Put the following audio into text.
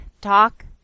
talk